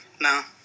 No